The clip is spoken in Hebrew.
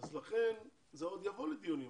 לכן זה עוד יבוא לדיונים,